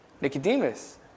Nicodemus